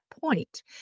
point